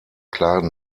klaren